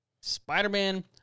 Spider-Man